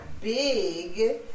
big